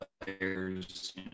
players